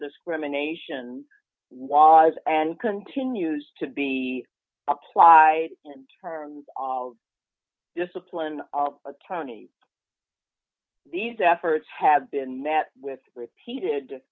discrimination was and continues to be applied in terms of discipline but tony these efforts have been met with repeated